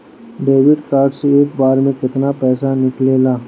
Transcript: Debit card से एक बार मे केतना पैसा निकले ला?